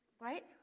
right